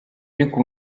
ariko